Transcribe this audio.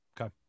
Okay